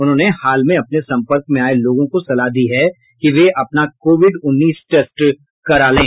उन्होंने हाल में अपने सम्पर्क में आये लोगों को सलाह दी है कि वे अपना कोविड उन्नीस टेस्ट करा लें